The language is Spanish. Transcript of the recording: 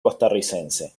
costarricense